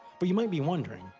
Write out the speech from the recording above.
but you might be wondering,